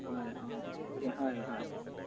হয় অঁ ঠিক হয় হয়